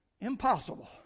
impossible